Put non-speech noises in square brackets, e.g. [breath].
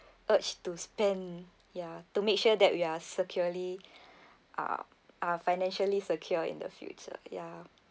urge to spend ya to make sure that we are securely [breath] are are financially secure in the future ya